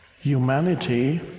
humanity